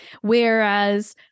Whereas